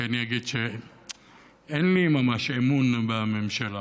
כי אני אגיד שאין לי ממש אמון בממשלה,